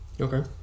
Okay